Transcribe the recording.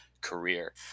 career